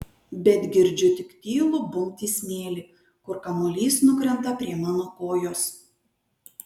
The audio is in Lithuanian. bet girdžiu tik tylų bumbt į smėlį kur kamuolys nukrenta prie mano kojos